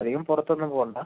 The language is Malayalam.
അധികം പുറത്തൊന്നും പോകേണ്ട